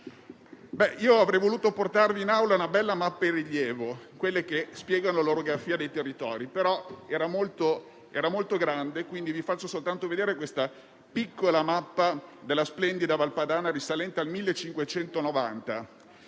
Avrei voluto portarvi in Aula una bella mappa in rilievo, di quelle che spiegano l'orografia dei territori. Era, però, molto grande e, quindi, vi faccio soltanto vedere la piccola mappa della splendida Val Padana, risalente al 1590.